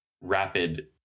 rapid